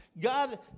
God